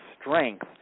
strength